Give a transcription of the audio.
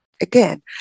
Again